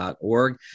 org